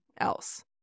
else